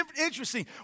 interesting